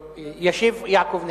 ישיב יעקב נאמן.